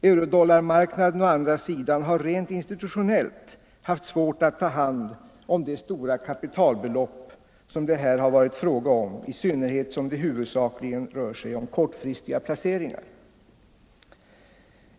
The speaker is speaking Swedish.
Eurodollarmarknaden har rent institutionellt haft svårt att ta hand om de stora kapitalbelopp som det här har varit fråga om, i synnerhet som det huvudsakligen har rört sig om kortfristiga placeringar.